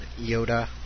Yoda